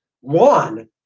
One